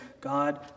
God